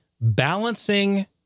Balancing